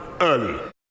early